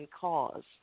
cause